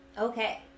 Okay